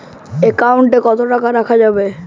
Account কত টাকা রাখা যাবে?